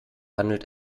handelt